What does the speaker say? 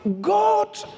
God